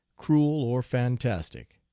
cruel, or fantastic.